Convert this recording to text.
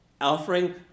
offering